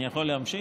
אני יכול להמשיך?